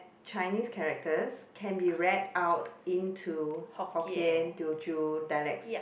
Chinese characters can be read out into hokkien Teochew dialects